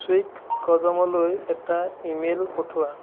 ছুইগ কদমলৈ এটা ইমেইল পঠোৱা